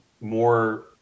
more